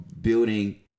building